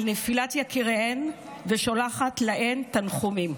על נפילת יקיריהן ושולחת להן תנחומים.